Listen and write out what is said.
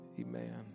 Amen